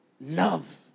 Love